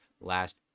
last